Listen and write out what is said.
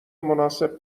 مناسب